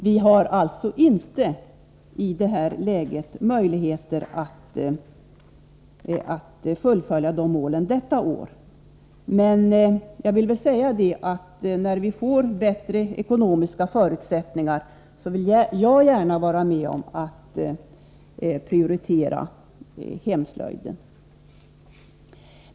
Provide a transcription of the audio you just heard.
Vi har alltså inte i det här läget möjligheter att fullfölja dessa mål under detta år. Men jag vill säga att när vi får bättre ekonomiska förutsättningar vill jag gärna vara med om att prioritera hemslöjden.